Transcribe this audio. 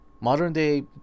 Modern-day